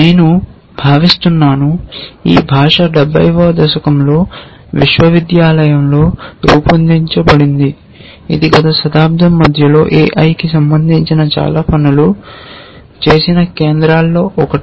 నేను భావిస్తున్నాను ఈ భాష 70 వ దశకంలో విశ్వవిద్యాలయంలో రూపొందించబడింది ఇది గత శతాబ్దం మధ్యలో AI కి సంబంధించిన చాలా పనులు చేసిన కేంద్రాల లో ఒకటి